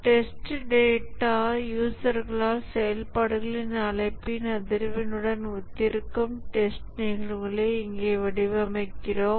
test data யூசர்களால் செயல்பாடுகளின் அழைப்பின் அதிர்வெண்ணுடன் ஒத்திருக்கும் டெஸ்ட் நிகழ்வுகளை இங்கே வடிவமைக்கிறோம்